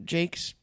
Jake's